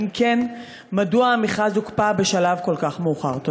2. אם כן, מדוע הוקפא המכרז בשלב מאוחר כל כך?